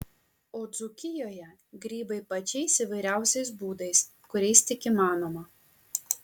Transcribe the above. o dzūkijoje grybai pačiais įvairiausiais būdais kuriais tik įmanoma